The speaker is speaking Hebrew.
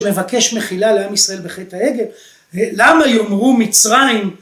מבקש מחילה לעם ישראל בחטא העגל, למה יאמרו מצרים